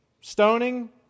stoning